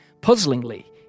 Puzzlingly